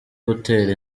gutera